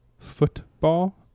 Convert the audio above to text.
Football